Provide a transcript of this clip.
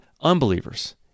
unbelievers